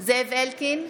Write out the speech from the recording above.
זאב אלקין,